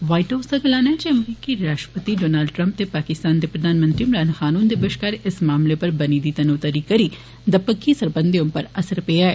white House दा गलाना ऐ जे अमरीकी राष्ट्रपति डोनल्ड ट्रम्प ते पाकिस्तान दे प्रधानमंत्री इमरान खान हुन्दे बश्कार इस मामलें उप्पर बनी दी तनोतन्नी करी दपक्खी सरबंधै उप्पर असर पेआ ऐ